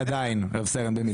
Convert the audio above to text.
אני רב סרן במילואים.